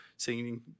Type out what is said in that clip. singing